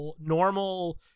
normal